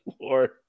Lord